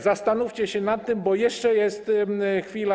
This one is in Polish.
Zastanówcie się nad tym, bo jeszcze jest chwila.